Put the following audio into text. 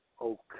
Okay